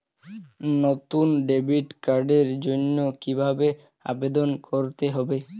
নতুন ডেবিট কার্ডের জন্য কীভাবে আবেদন করতে হবে?